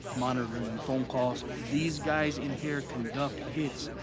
monitoring phone calls, these guys in here conduct hits,